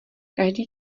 každý